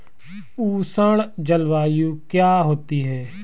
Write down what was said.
उष्ण जलवायु क्या होती है?